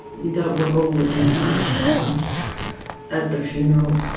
you don't want all that information at once at the funeral.